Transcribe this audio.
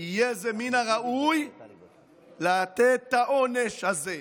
יהיה זה מן הראוי לתת את העונש הזה.